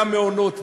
למעונות,